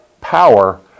power